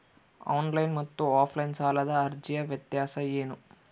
Online ಮತ್ತು offline ಸಾಲದ ಅರ್ಜಿಯ ವ್ಯತ್ಯಾಸ ಏನು?